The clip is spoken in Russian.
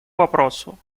вопросу